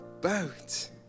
boat